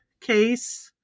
case